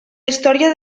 història